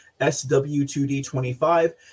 SW2D25